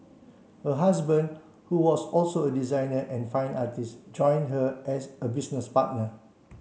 her husband who was also a designer and fine artist join her as a business partner